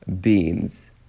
beans